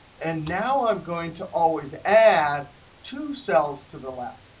and now i'm going to always add two cells to the left.